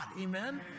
amen